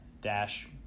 Dash